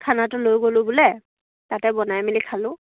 খানাটো লৈ গ'লোঁ বোলে তাতে বনাই মেলি খালোঁ